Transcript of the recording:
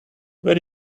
where